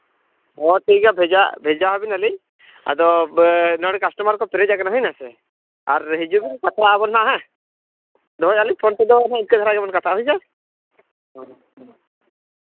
ᱦᱮᱸ ᱴᱷᱤᱠ ᱜᱮᱭᱟ ᱵᱷᱮᱡᱟ ᱵᱷᱮᱡᱟ ᱟᱵᱮᱱᱟᱞᱤᱧ ᱟᱫᱚ ᱱᱚᱰᱮ ᱠᱟᱥᱴᱚᱢᱟᱨ ᱠᱚ ᱯᱮᱨᱮᱡ ᱠᱟᱱᱟ ᱦᱩᱭᱱᱟᱥᱮ ᱟᱨ ᱦᱤᱡᱩᱜ ᱵᱮᱱ ᱠᱟᱛᱷᱟᱜ ᱟᱵᱚᱱ ᱦᱟᱸᱜ ᱦᱮᱸ ᱫᱚᱦᱚᱭᱮᱜᱼᱟ ᱞᱤᱧ ᱯᱷᱳᱱ ᱛᱮᱫᱚ ᱤᱱᱠᱟᱹ ᱫᱷᱟᱨᱟ ᱜᱮᱵᱚᱱ ᱠᱟᱛᱷᱟᱜᱼᱟ ᱦᱳᱭ ᱥᱮ ᱦᱮᱸ ᱦᱮᱸ